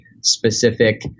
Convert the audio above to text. specific